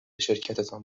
شرکتتان